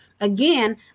Again